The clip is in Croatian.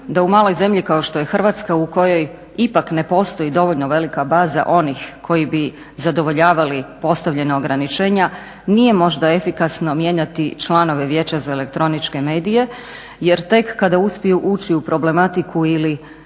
da u maloj zemlji kao što je Hrvatska u kojoj ipak ne postoji dovoljno velika baza onih koji bi zadovoljavali postavljena ograničenja nije možda efikasno mijenjati članove Vijeća za elektroničke medije jer tek kada uspiju ući u problematiku ili